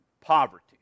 poverty